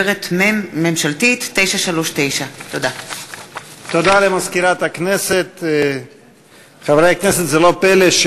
מאת חברי הכנסת מרב מיכאלי,